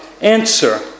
answer